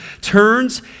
turns